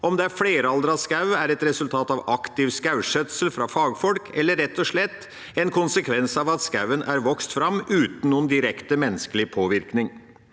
Om det er fleraldret skog, er et resultat av aktiv skogskjøtsel fra fagfolk, eller rett og slett en konsekvens av at skogen er vokst fram uten noen direkte menneskelig påvirkning.